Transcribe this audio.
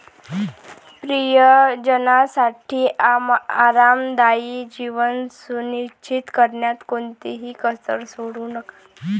प्रियजनांसाठी आरामदायी जीवन सुनिश्चित करण्यात कोणतीही कसर सोडू नका